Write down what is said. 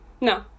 no